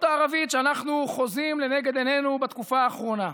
הערבית שאנחנו חוזים לנגד עינינו בתקופה האחרונה,